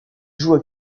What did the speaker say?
joue